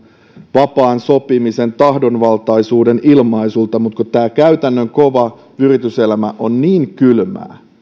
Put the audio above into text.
vapaan sopimisen tahdonvaltaisuuden ilmaisulta mutta tämä käytännön kova yrityselämä on niin kylmää